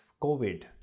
COVID